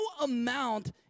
amount